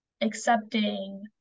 accepting